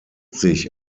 sich